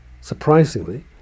surprisingly